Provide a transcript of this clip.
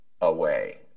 away